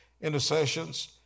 intercessions